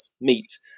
meet